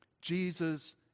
Jesus